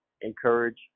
encourage